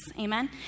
amen